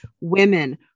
women